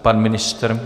Pan ministr?